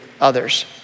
others